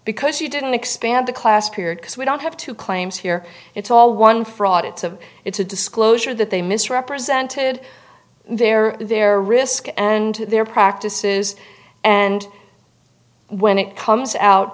because you didn't expand the class period because we don't have two claims here it's all one fraud it's a it's a disclosure that they misrepresented their their risk and their practices and when it comes out